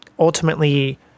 Ultimately